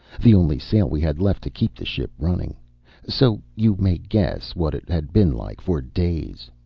the only sail we had left to keep the ship running so you may guess what it had been like for days.